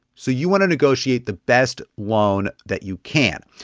so you want to negotiate the best loan that you can.